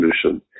solution